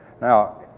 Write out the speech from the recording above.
Now